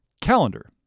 calendar